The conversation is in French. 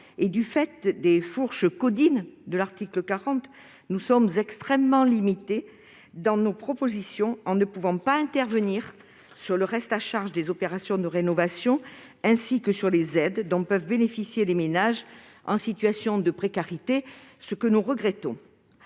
du fait des fourches caudines de l'article 40 de la Constitution, nous sommes extrêmement limités dans nos propositions. Ainsi, nous ne pouvons pas intervenir sur le reste à charge des opérations de rénovation, pas plus que sur les aides dont peuvent bénéficier les ménages en situation de précarité. Nous le regrettons.